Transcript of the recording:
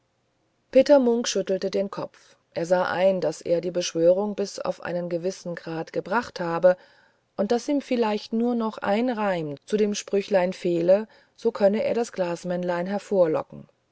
peter munk schüttelte den kopf er sah ein daß er die beschwörung bis auf einen gewissen grad gebracht habe und daß ihm vielleicht nur noch ein reim zu dem sprüchlein fehle so könne er das glasmännlein hervorlocken